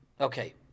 Okay